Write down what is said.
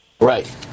Right